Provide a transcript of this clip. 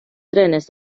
trenes